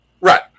Right